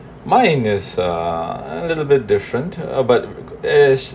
mine is a little bit different uh but it is